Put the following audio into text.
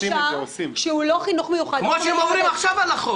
במוכש"ר שהוא לא חינוך מיוחד --- מה שהם אומרים עכשיו לא נכון.